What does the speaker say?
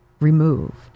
removed